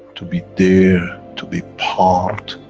to be there to be part,